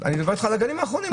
אני מדבר איתך על הגלים האחרונים.